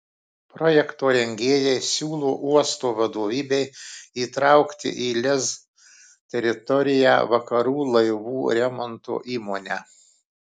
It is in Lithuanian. projekto rengėjai siūlė uosto vadovybei įtraukti į lez teritoriją vakarų laivų remonto įmonę